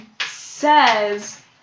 says